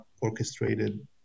orchestrated